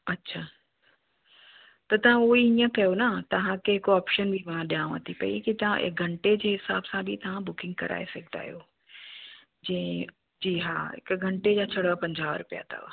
अच्छा त तव्हां उहो ई ईअं कयो तव्हांखे हिक ऑप्शन बि मां ॾियांव थी पई की तव्हां हिक घंटे जे हिसाब सां बि तव्हां बुकिंग कराए सघंदा आयो जीअं जी हा हिक घंटे जा छड़ा पंजाह रुपिया अथव